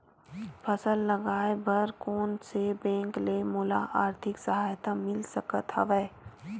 फसल लगाये बर कोन से बैंक ले मोला आर्थिक सहायता मिल सकत हवय?